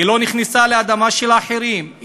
היא לא נכנסה לאדמה של אחרים,